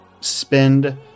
spend